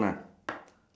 dustbin